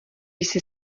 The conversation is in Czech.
jsi